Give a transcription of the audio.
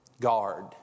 guard